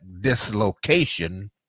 dislocation